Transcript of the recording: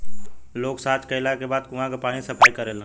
लोग सॉच कैला के बाद कुओं के पानी से सफाई करेलन